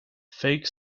fake